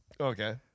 Okay